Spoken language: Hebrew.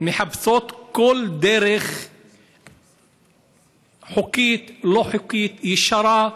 מחפשות כל דרך חוקית, לא חוקית, ישרה,